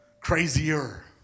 crazier